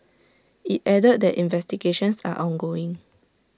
IT added that investigations are ongoing